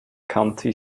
county